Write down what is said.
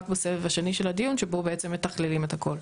בסבב השני של הדיון שבו בעצם מתכללים את הכול.